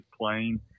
playing